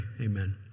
amen